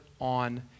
on